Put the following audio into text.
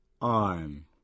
arm